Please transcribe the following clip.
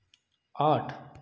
आठ